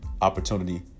opportunity